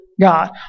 God